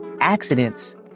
Accidents